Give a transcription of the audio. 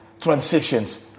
Transitions